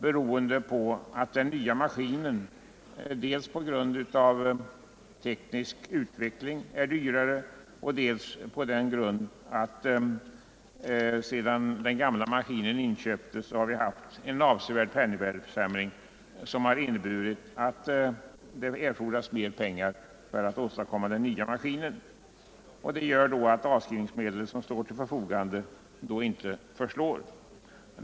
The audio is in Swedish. Den nya maskinen är på grund av teknisk utveckling dyrare, och sedan den gamla maskinen inköptes har vi haft en avsevärd penningvärdeförsämring som inneburit att det erfordras mer pengar för att anskaffa den nya maskinen. Detta gör att de avskrivningsmedel som står till förfogande inte förslår.